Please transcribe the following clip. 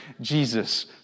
Jesus